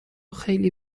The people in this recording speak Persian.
خیلی